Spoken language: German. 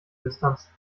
distanz